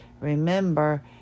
remember